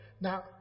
Now